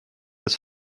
des